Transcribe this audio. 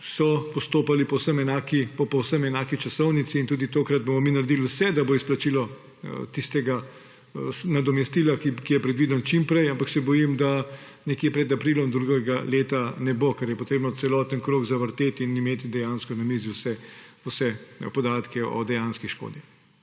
so postopali po povsem enaki časovnici in tudi tokrat bomo mi naredili vse, da bo izplačilo tistega nadomestila, ki je predvideno, čim prej. Ampak se bojim, da pred aprilom naslednjega leta ne bo, ker je potrebno celoten krog zavrteti in imeti dejansko na mizi vse podatke o dejanski škodi.